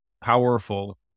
powerful